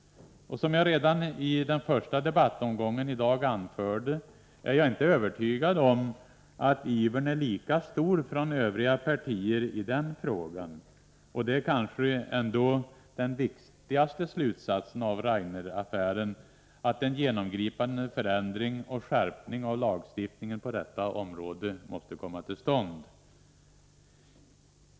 Som jag redan i den första debattomgången i dag anförde är jag inte övertygad om att ivern är lika stor från övriga partier i den frågan. Det är kanske ändå den viktigaste slutsatsen av Raineraffären, att en genomgripande förändring och skärpning av lagstiftningen på detta område måste komma till stånd.